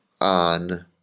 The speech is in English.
on